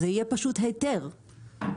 זה יהיה פשוט היתר לענף,